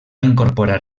incorporar